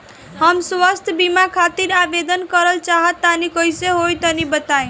हम स्वास्थ बीमा खातिर आवेदन करल चाह तानि कइसे होई तनि बताईं?